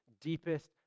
deepest